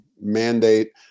mandate